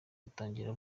butangira